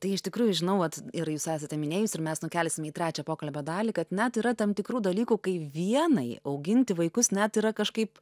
tai iš tikrųjų žinau vat ir jūs esate minėjusi ir mes nukelsim į trečią pokalbio dalį kad net yra tam tikrų dalykų kai vienai auginti vaikus net yra kažkaip